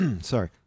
sorry